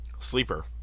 Sleeper